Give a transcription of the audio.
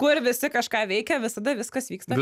kur visi kažką veikia visada viskas vyksta